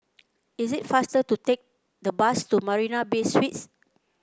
is it faster to take the bus to Marina Bay Suites